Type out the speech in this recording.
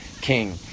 king